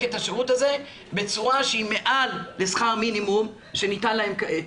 את השירות הזה בצורה שהיא מעל לשכר מינימום שניתן להם כעת.